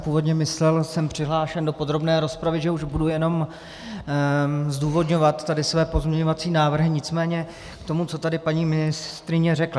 Původně jsem myslel, jsem přihlášen do podrobné rozpravy, že už budu jenom zdůvodňovat své pozměňovací návrhy, nicméně k tomu, co tady paní ministryně řekla.